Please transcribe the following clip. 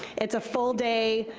it's a full-day,